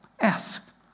Ask